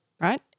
right